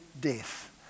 death